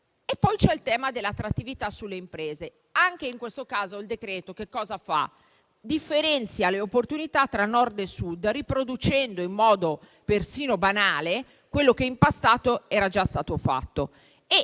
poi il tema dell'attrattività sulle imprese. Anche in questo caso il decreto-legge differenzia le opportunità tra Nord e Sud, riproducendo in modo persino banale quello che in passato era già stato fatto e